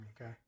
okay